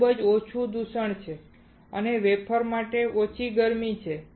ત્યાં ખૂબ ઓછું દૂષણ છે અને વેફર માટે ઓછી ગરમી છે